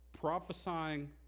prophesying